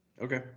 Okay